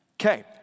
okay